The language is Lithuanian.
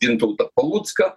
gintautą palucką